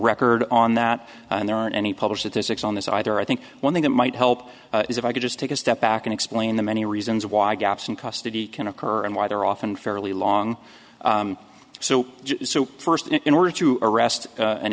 record on that and there aren't any published at this it's on this either i think one thing that might help is if i could just take a step back and explain the many reasons why gaps in custody can occur and why they're often fairly long so so first in order to arrest a